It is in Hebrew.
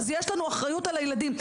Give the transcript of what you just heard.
אז יש לנו אחריות על הילדים.